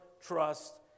trust